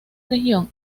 región